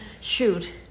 shoot